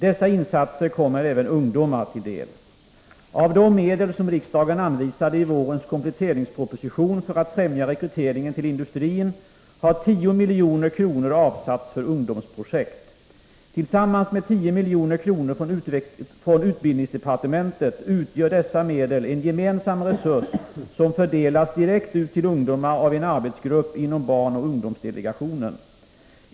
Dessa insatser kommer även ungdomar till del. Av de medel som riksdagen anvisade i vårens kompletteringsproposition för att främja rekryteringen till industrin har 10 milj.kr. avsatts för ungdomsprojekt. Tillsammans med 10 milj.kr. från utbildningsdepartementet utgör dessa medel en gemensam resurs som fördelas direkt till ungdomar av en arbetsgrupp inom barnoch ungdomsdelegationen.